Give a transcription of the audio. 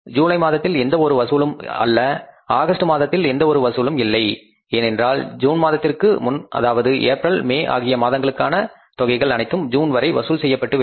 ஜூலை மாதத்தில் எந்த ஒரு வசூலும் அல்ல ஆகஸ்ட் மாதத்தில் எந்த ஒரு வசூலும் இல்லை ஏனென்றால் ஜூன் மாதத்திற்கு முன் அதாவது ஏப்ரல் மே ஆகிய மாதங்களுக்கான தொகைகள் அனைத்தும் ஜூன் வரை வசூல் செய்யப்பட்டுவிட்டன